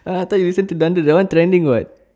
I thought you listen to dollop that one trending what